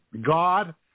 God